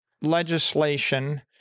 legislation